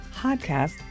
podcast